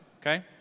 okay